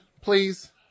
please